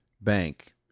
bank